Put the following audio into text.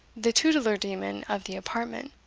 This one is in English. the tutelar demon of the apartment.